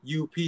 UP